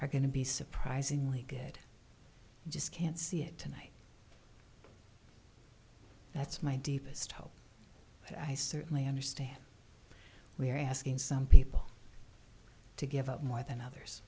are going to be surprisingly good just can't see it tonight that's my deepest hope i certainly understand we're asking some people to give up more than others